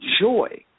joy